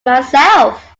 myself